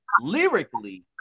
lyrically